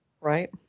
right